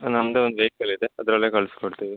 ನಮ್ಮದೆ ಒಂದು ವೆಹಿಕಲ್ ಇದೆ ಅದರಲ್ಲೇ ಕಳ್ಸಿಕೊಡ್ತೀವಿ